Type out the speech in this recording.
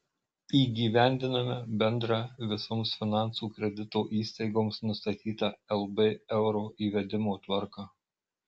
įgyvendiname bendrą visoms finansų kredito įstaigoms nustatytą lb euro įvedimo tvarką